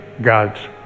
God's